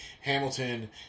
Hamilton